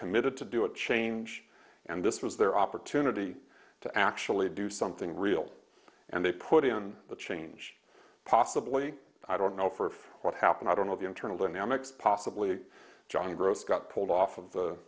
committed to do a change and this was their opportunity to actually do something real and they put in the change possibly i don't know for what happened i don't know the internal dynamics possibly john gross got pulled off of the